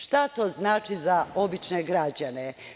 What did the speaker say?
Šta to znači za obične građane?